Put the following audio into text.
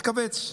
מתכווץ.